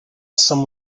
some